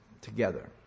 together